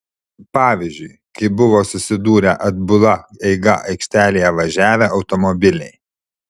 pavyzdžiui kai buvo susidūrę atbula eiga aikštelėje važiavę automobiliai